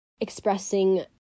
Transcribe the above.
expressing